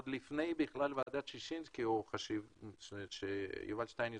עוד לפני ועדת ששינסקי שיובל שטייניץ,